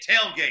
tailgate